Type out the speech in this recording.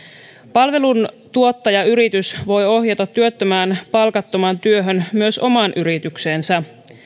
palveluntuottajayritys voi ohjata työttömän palkattomaan työhön myös omaan yritykseensä